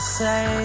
say